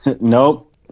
Nope